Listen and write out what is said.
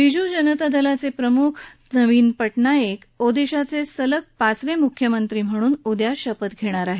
बिजू जनता दलाचे प्रमुख नवीन पटनाईक ओदिशाचे सलग पाचवे मुख्यमंत्री उद्या शपथ घेणार आहेत